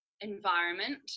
environment